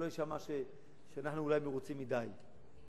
שלא יישמע שאנחנו אולי מרוצים מדי,